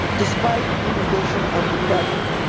despite inhibition and depression.